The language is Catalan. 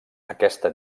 aquesta